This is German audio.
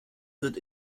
wird